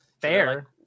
fair